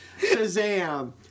Shazam